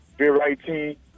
variety